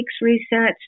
research